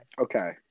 Okay